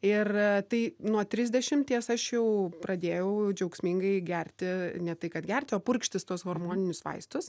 ir tai nuo trisdešimties aš jau pradėjau džiaugsmingai gerti ne tai kad gerti o purkštis tuos hormoninius vaistus